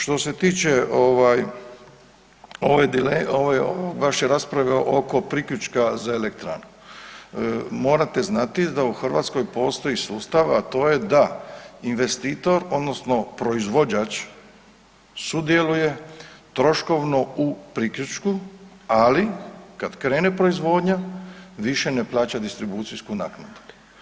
Što se tiče ove vaše rasprave oko priključka za elektranu, morate znati da u Hrvatskoj postoji sustav, a to je da investitor odnosno proizvođač sudjeluje troškovno u priključku, ali kad krene proizvodnja više ne plaća distribucijsku naknadu.